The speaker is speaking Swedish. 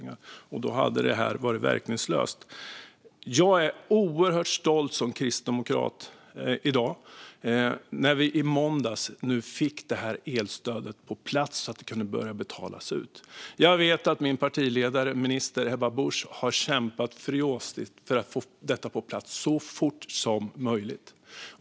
Då hade detta varit verkningslöst. Som kristdemokrat är jag i dag oerhört stolt över att vi i måndags fick elstödet på plats så att det kunde börja betalas ut. Jag vet att min partiledare, minister Ebba Busch, har kämpat furiöst för att få detta på plats så fort som möjligt.